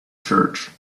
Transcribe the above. church